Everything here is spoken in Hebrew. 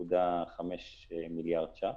11.5 מיליארדי שקלים.